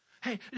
Hey